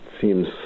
seems